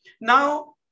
Now